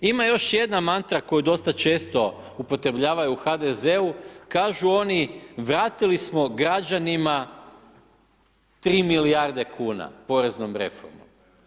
Ima još jedna mantra koju dosta često upotrebljavaju u HDZ-u kažu oni vratili smo građanima 3 milijarde kuna poreznom reformom.